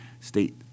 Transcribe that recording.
state